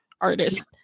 artist